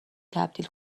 تبدیل